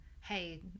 hey